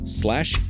slash